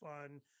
fun